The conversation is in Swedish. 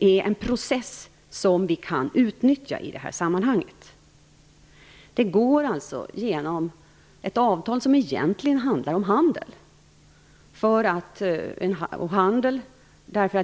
en process som vi kan utnyttja i detta sammanhang. Det går att påverka genom ett avtal som egentligen handlar om handel.